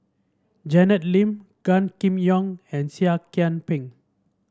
Janet Lim Gan Kim Yong and Seah Kian Peng